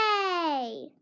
Yay